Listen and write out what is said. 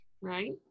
Right